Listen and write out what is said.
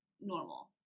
normal